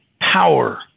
power